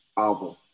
album